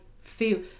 feel